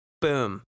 Boom